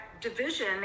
division